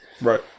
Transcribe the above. Right